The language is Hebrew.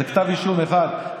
זה כתב אישום אחד,